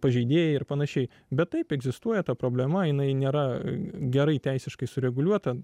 pažeidėjai ir panašiai bet taip egzistuoja ta problema jinai nėra gerai teisiškai sureguliuota